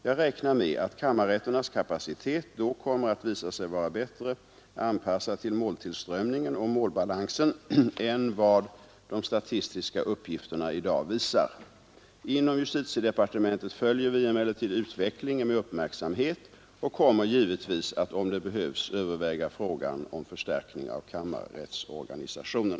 Jag räknar med att kammarrätternas kapacitet då kommer att visa sig vara bättre anpassad till måltillströmningen och målbalansen än vad de statistiska uppgifterna i dag visar. Inom justitiedepartementet följer vi emellertid utvecklingen med uppmärksamhet och kommer givetvis att om det behövs överväga frågan om förstärkning av kammarrättsorganisationen.